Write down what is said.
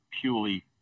purely